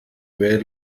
well